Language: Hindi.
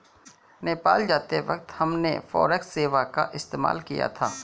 नेपाल जाते वक्त हमने फॉरेक्स सेवा का इस्तेमाल किया था